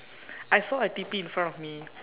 I saw a T_P in front of me